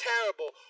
terrible